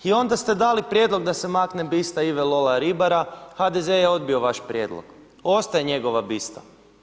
I onda ste dali prijedlog da se makne bista Ive Lole Ribara, HDZ je odbio vaš prijedlog, ostaje njegova bista.